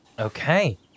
Okay